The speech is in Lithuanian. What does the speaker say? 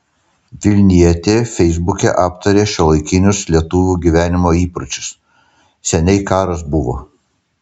vilnietė feisbuke aptarė šiuolaikinius lietuvių gyvenimo įpročius seniai karas buvo